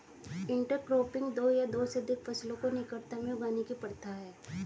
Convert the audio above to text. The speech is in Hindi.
इंटरक्रॉपिंग दो या दो से अधिक फसलों को निकटता में उगाने की प्रथा है